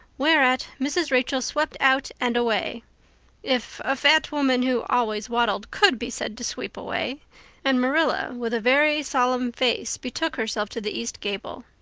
whereat mrs. rachel swept out and away if a fat woman who always waddled could be said to sweep away and marilla with a very solemn face betook herself to the east gable.